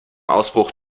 ausbruch